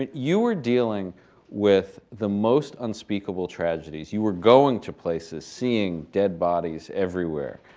and you were dealing with the most unspeakable tragedies. you were going to places, seeing dead bodies everywhere.